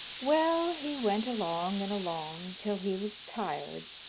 well, he went along and along till he was tired,